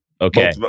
Okay